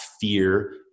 fear